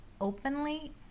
openly